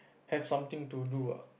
have something to do ah